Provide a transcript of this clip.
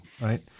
right